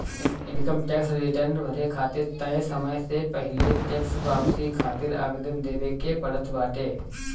income tax return भरे खातिर तय समय से पहिले टेक्स वापसी खातिर आवेदन देवे के पड़त बाटे